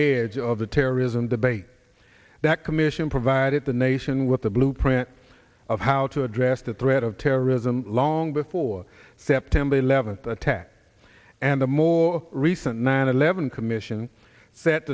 edge of the terrorism debate that commission provided the nation with a blueprint of how to address the threat of terrorism long before september eleventh attack and the more recent nine eleven commission set